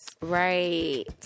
Right